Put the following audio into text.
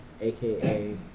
aka